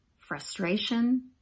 frustration